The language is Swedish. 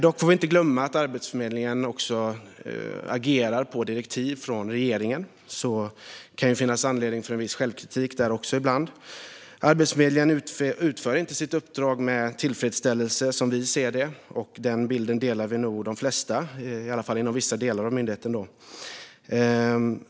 Dock får vi inte glömma att Arbetsförmedlingen agerar på direktiv från regeringen. Det kan därför finnas anledning till viss självkritik ibland. Som vi ser det utför Arbetsförmedlingen inte sitt uppdrag på ett tillfredsställande sätt, och den bilden delar nog de flesta - i alla fall när det gäller vissa delar av myndigheten.